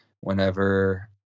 whenever